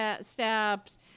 steps